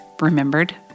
remembered